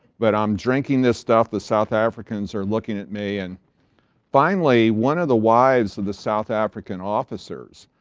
but. i'm drinking this stuff, the south africans are looking at me and finally, one of the wives of the south african officers,